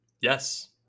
Yes